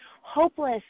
hopeless